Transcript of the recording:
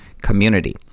community